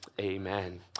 amen